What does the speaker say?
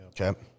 Okay